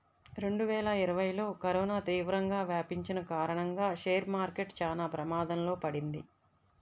రెండువేల ఇరవైలో కరోనా తీవ్రంగా వ్యాపించిన కారణంగా షేర్ మార్కెట్ చానా ప్రమాదంలో పడింది